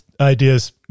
ideas